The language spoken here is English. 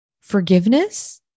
forgiveness